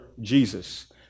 Jesus